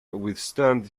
withstand